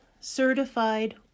certified